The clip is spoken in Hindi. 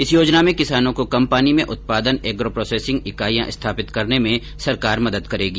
इस योजना में किसानों को कम पानी में उत्पादन एग्रो प्रोसेसिंग इकाईयां स्थापित करने में सरकार मदद करेगी